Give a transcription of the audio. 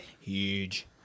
Huge